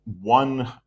one